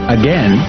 again